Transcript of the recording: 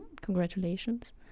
congratulations